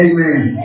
Amen